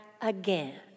again